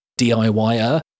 DIYer